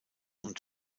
und